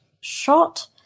shot